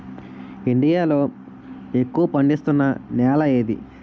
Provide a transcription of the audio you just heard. India లో ఎక్కువ పండిస్తున్నా నేల ఏది?